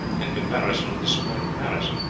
in comparison with the support of paris?